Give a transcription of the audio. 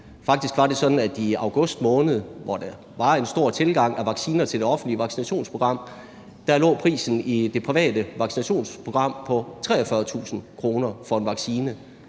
Faktisk var det sådan, at prisen i august måned, hvor der var en stor tilgang af vacciner til det offentlige vaccinationsprogram, i det private vaccinationsprogram lå på 43.000 kr. for en vaccine.